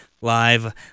live